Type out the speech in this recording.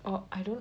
or I don't